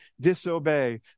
disobey